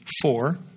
four